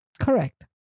Correct